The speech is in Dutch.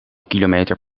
kilometer